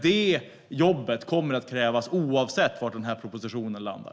Det jobbet kommer att krävas oavsett var den här propositionen landar.